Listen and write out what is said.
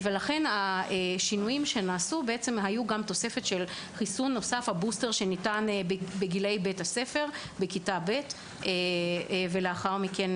השינויים שנעשו היו בוסטר שניתן בגילאי בית הספר ולאחר מכן